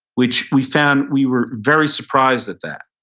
which we found, we were very surprised at that.